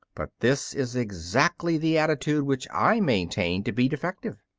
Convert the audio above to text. but this is exactly the attitude which i maintain to be defective.